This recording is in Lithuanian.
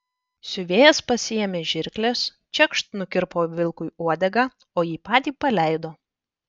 siuvėjas pasiėmė žirkles čekšt nukirpo vilkui uodegą o jį patį paleido